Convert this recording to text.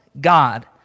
God